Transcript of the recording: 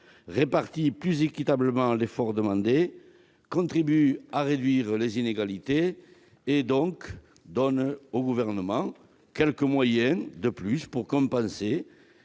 répartir plus équitablement l'effort demandé, contribuerait à réduire les inégalités et donnerait au Gouvernement quelques moyens supplémentaires pour compenser